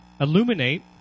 illuminate